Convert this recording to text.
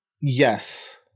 Yes